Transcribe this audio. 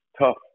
tough